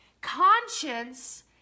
Conscience